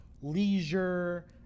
leisure